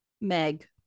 Meg